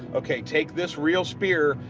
okay. take this real spear,